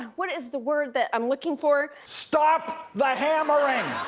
what is the word that i'm looking for? stop the hammering.